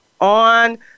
on